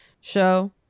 show